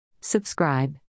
Subscribe